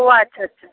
ও আচ্ছা আচ্ছা